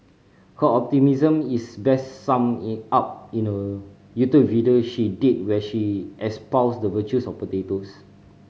her optimism is best summed up in a YouTube video she did where she espoused the virtues of potatoes